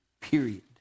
period